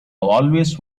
always